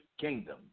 kingdom